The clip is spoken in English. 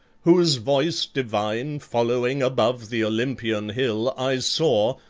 whose voice divine following above the olympian hill i soar,